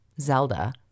Zelda